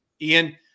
Ian